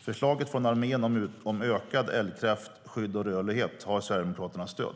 Förslaget från armén om ökad eldkraft, skydd och rörlighet har Sverigedemokraternas stöd.